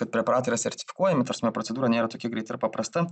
kad preparatai yra sertifikuojami ta prasme procedūra nėra tokia greita ir paprasta